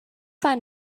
find